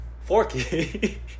Forky